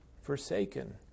forsaken